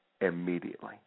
immediately